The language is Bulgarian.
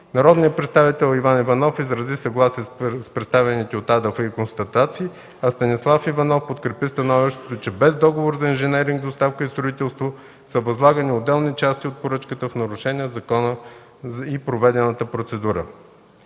Народният представител Иван Иванов изрази съгласие с представените от АДФИ констатации, а народният представител Станислав Иванов подкрепи становището, че без договор за инженеринг, доставка и строителство са възлагани отделни части от поръчката в нарушение на закона и проведената процедура.